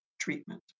treatment